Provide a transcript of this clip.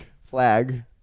flag